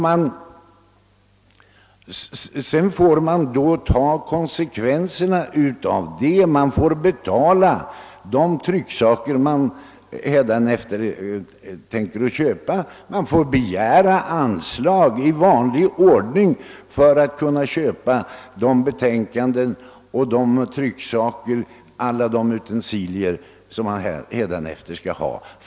Man får alltså betala de trycksaker man hädanefter tänker köpa och får i vanlig ordning begära anslag för framställningen av de betänkanden och trycksaker i övrigt som man vill ha.